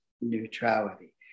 neutrality